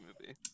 movie